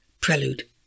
Prelude